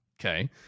Okay